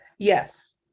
yes